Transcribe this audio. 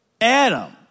Adam